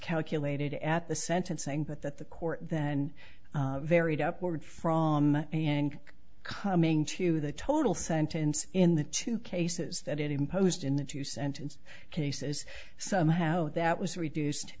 calculated at the sentencing but that the court then varied upward from and coming to the total sentence in the two cases that it imposed in the two sentence cases somehow that was reduced